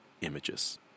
images